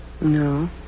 No